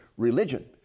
religion